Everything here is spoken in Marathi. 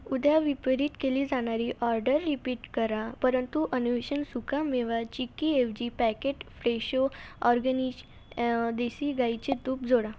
उद्या वितरित केली जाणारी ऑर्डर रिपीट करा परंतु अन्वेषण सुकामेवा चिक्कीऐवजी पॅकेट फ्रेशो ऑरगॅनिज देसी गाईचे तूप जोडा